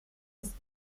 ist